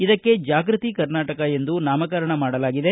ಇದಕ್ಕೆ ಜಾಗೃತಿ ಕರ್ನಾಟಕ ಎಂದು ನಾಮಕರಣ ಮಾಡಲಾಗಿದೆ